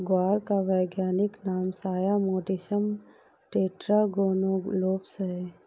ग्वार का वैज्ञानिक नाम साया मोटिसस टेट्रागोनोलोबस है